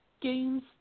games